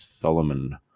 Solomon